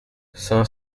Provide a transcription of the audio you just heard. cent